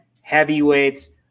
heavyweights